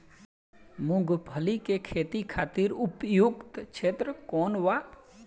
मूँगफली के खेती खातिर उपयुक्त क्षेत्र कौन वा?